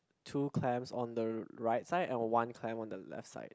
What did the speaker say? two clams on the right side and one clam on the left side